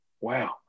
Wow